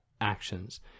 actions